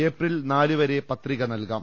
April നാല് വരെ പത്രിക നൽകാം